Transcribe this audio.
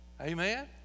amen